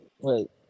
Wait